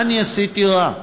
מה אני עשיתי רע?